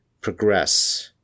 progress